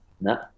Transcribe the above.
No